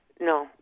no